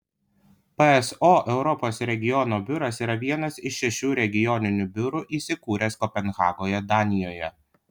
pso europos regiono biuras yra vienas iš šešių regioninių biurų įsikūręs kopenhagoje danijoje